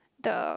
the